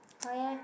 why eh